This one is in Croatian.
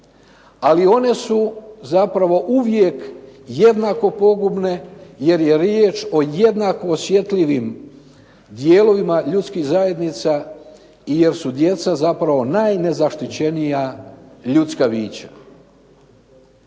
ali one su zapravo uvijek jednako pogubne jer je riječ o jednako osjetljivim dijelovima ljudskih zajednica jer su djeca zapravo najnezaštićenija ljudska bića.